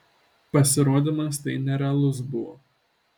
pasirodymas tai nerealus buvo